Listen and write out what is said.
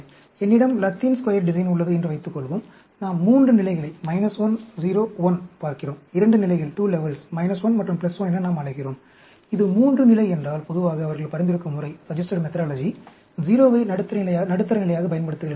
என்னிடம் Latin square design உள்ளது என்று வைத்துக்கொள்வோம் நாம் 3 நிலைகளை 1 0 1 பார்க்கிறோம் 2 நிலைகளைப் 1 மற்றும் 1 என நாம் அழைக்கிறோம் இது 3 நிலை என்றால் பொதுவாக அவர்கள் பரிந்துரைக்கும் முறை 0 ஐ நடுத்தர நிலையாகப் பயன்படுத்துங்கள் என்பதாகும்